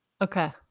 Okay